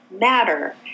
matter